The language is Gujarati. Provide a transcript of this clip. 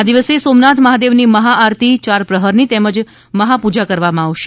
આ દિવસે સોમનાથ મહાદેવની મહાઆરતી ચાર પ્રહારની તેમજ મહાપૂજા કરવામાં આવશે